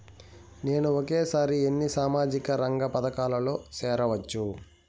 నేను ఒకేసారి ఎన్ని సామాజిక రంగ పథకాలలో సేరవచ్చు?